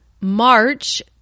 March